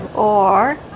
or